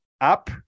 up